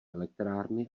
elektrárny